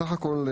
סך הכל,